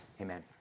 Amen